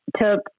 took